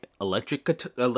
electric